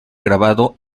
grabado